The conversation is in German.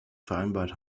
vereinbart